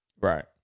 Right